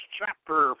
chapter